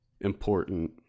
important